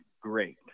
great